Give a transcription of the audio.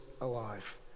alive